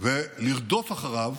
ולרדוף אחריו?